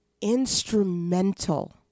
instrumental